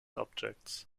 objects